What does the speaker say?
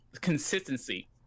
consistency